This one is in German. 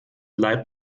leib